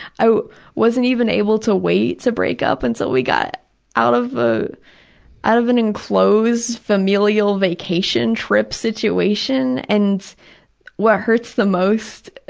i wasn't even able to wait to break up until we got out of ah out of an enclosed familial vacation trip situation. and what hurts the most